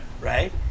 right